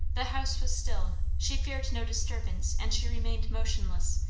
the house was still, she feared no disturbance and she remained motionless,